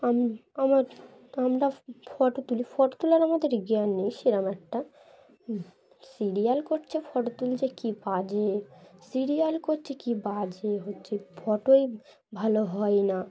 আম আমার আমরা ফটো তুলি ফটো তোলার আমাদের জ্ঞান নেই সেরম একটা সিরিয়াল করছে ফটো তুলছে কী বাজে সিরিয়াল করছে কী বাজে হচ্ছে ফটোই ভালো হয় না